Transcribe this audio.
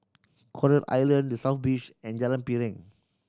Coral Island The South Beach and Jalan Piring